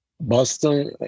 Boston